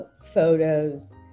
photos